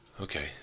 Okay